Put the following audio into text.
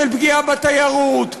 של פגיעה בתיירות,